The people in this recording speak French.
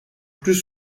plus